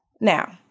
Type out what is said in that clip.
Now